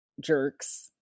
jerks